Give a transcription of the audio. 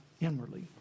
inwardly